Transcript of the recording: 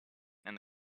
and